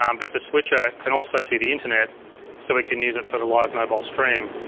um but the switcher can also see the internet so we can use it for the live mobile stream,